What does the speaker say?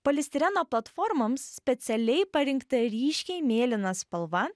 polistireno platformoms specialiai parinkta ryškiai mėlyna spalva